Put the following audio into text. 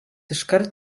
iškart